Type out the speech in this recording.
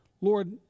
Lord